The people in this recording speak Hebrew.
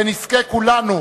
ונזכה כולנו,